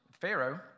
Pharaoh